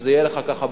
שזה יהיה לך בראש: